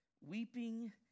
Weeping